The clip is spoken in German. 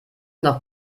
noch